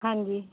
ਹਾਂਜੀ